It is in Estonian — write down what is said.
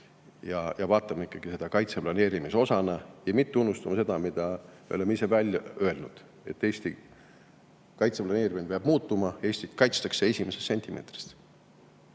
vaatama seda ikkagi kaitseplaneerimise osana ja mitte unustama seda, mille me oleme ise välja öelnud: Eesti kaitseplaneerimine peab muutuma, Eestit kaitstakse esimesest sentimeetrist.